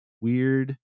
weird